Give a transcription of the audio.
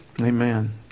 Amen